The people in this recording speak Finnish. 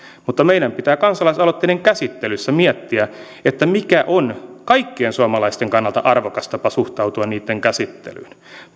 mutta meidän pitää kansalaisaloitteiden käsittelyssä miettiä mikä on kaikkien suomalaisten kannalta arvokas tapa suhtautua niitten käsittelyyn